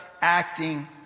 acting